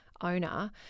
owner